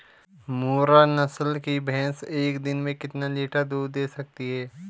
मुर्रा नस्ल की भैंस एक दिन में कितना लीटर दूध दें सकती है?